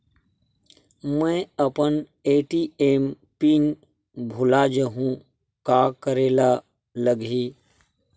मैं अपन ATM PIN भुला जहु का करे ला लगही?